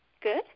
Good